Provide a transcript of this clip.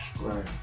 Right